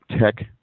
tech